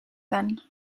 then